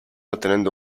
ottenendo